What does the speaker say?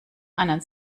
einen